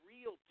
real